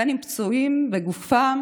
בין אם פצועים בגופם